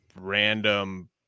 random